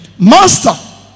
Master